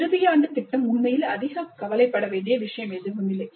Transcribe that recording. இறுதி ஆண்டு திட்டம் உண்மையில் அதிக கவலைப்பட வேண்டிய விஷயம் எதுவுமில்லை